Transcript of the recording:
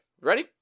Ready